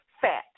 fat